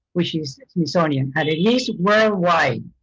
which is smithsonian. and it is worldwide.